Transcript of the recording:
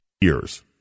years